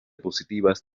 positivas